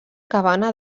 cabana